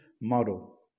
model